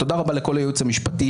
תודה רבה לכל הייעוץ המשפטי,